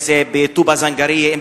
אם בטובא-זנגרייה,